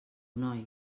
noi